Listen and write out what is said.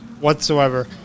whatsoever